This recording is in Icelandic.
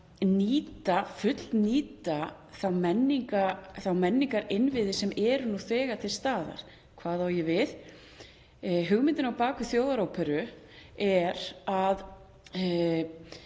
fullnýta þá menningarinnviði sem eru nú þegar til staðar. Hvað á ég við? Hugmyndin á bak við Þjóðaróperu er að